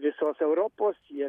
visos europos jie